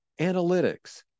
analytics